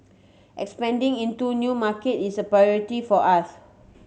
expanding into new market is a priority for us